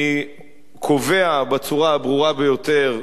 אני קובע בצורה הברורה ביותר,